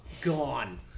gone